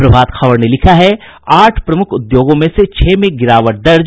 प्रभात खबर ने लिखा है आठ प्रमुख उद्योगों में से छह में गिरावट दर्ज